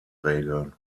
regeln